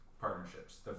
partnerships